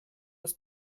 das